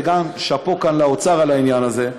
ושאפו כאן לאוצר על העניין הזה.